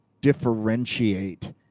differentiate